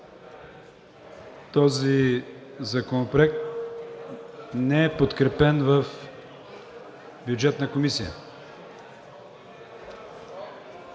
Този Законопроект не е подкрепен в Бюджетна комисия.